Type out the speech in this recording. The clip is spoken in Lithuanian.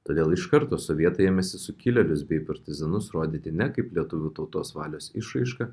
todėl iš karto sovietai ėmėsi sukilėlius bei partizanus rodyti ne kaip lietuvių tautos valios išraišką